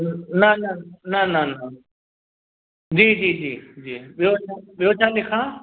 न न न न न जी जी जी जी ॿियो छा ॿियो छा लिखां